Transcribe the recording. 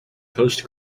post